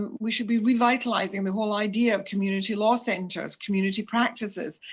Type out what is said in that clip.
um we should be revitalising the whole idea of community law centres, community practices,